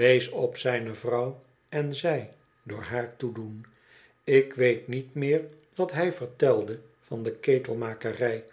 wees op zijne vrouw en zei door haar toedoen ik weet niet meer wat hij vertelde van de